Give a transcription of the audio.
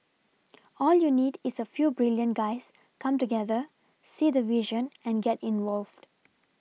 all you need is a few brilliant guys come together see the vision and get involved